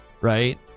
Right